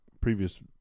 previous